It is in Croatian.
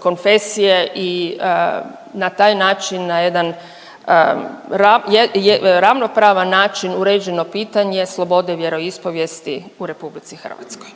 koncesije i na taj način na jedan ravnopravan način uređeno pitanje slobode vjeroispovijesti u Republici Hrvatskoj.